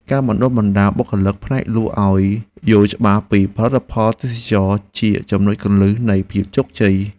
ការបណ្តុះបណ្តាលបុគ្គលិកផ្នែកលក់ឱ្យយល់ច្បាស់ពីផលិតផលទេសចរណ៍ជាចំណុចគន្លឹះនៃភាពជោគជ័យ។